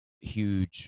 huge